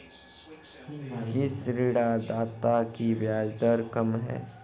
किस ऋणदाता की ब्याज दर कम है?